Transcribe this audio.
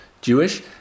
Jewish